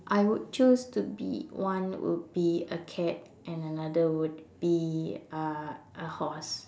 I would choose to be one would be a cat and another would be uh a horse